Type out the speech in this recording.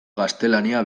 gaztelania